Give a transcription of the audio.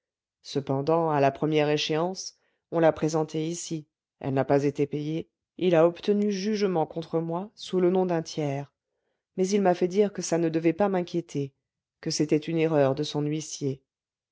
cependant à la première échéance on l'a présentée ici elle n'a pas été payée il a obtenu jugement contre moi sous le nom d'un tiers mais il m'a fait dire que ça ne devait pas m'inquiéter que c'était une erreur de son huissier